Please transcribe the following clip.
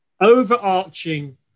overarching